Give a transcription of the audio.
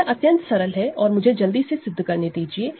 तो यह अत्यंत सरल है और मुझे जल्दी से सिद्ध करने दीजिए